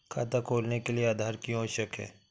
खाता खोलने के लिए आधार क्यो आवश्यक है?